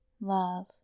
love